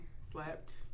Slept